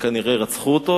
שכנראה רצחו אותו,